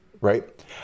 Right